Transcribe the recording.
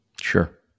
Sure